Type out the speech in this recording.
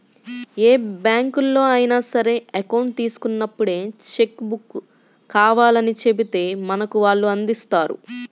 ఏ బ్యాంకులో అయినా సరే అకౌంట్ తీసుకున్నప్పుడే చెక్కు బుక్కు కావాలని చెబితే మనకు వాళ్ళు అందిస్తారు